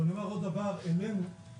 ואני אומר עוד דבר לנו היהודים,